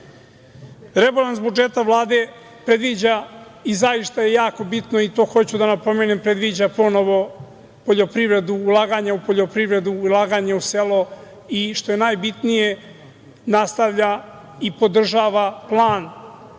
živeli. Rebalans budžeta Vlade predviđa i zaista je jako bitno i to hoću da napomenem, predviđa ponovo poljoprivredu, ulaganja u poljoprivredu, ulaganja u selo i što je najbitnije, nastavlja i podržava plan